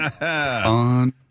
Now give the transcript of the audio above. on